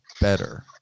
better